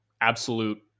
absolute